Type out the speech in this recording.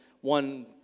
one